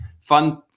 fun